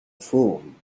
form